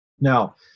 Now